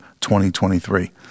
2023